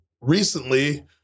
recently